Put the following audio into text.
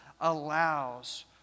allows